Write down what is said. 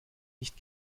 nicht